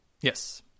Yes